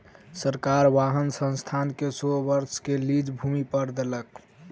सरकार वाहन संस्थान के सौ वर्ष के लीज भूमि पर देलक